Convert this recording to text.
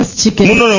chicken